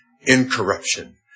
incorruption